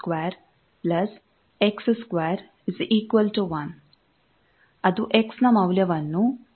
3 2|2 |x|2 1 ಅದು x ನ ಮೌಲ್ಯವನ್ನು 0